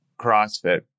CrossFit